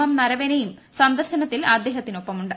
M നരവണെയും സന്ദർശനത്തിൽ അദ്ദേഹത്തിനൊപ്പമുണ്ട്